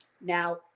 Now